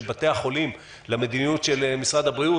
בתי החולים למדיניות של משרד הבריאות,